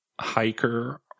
Hiker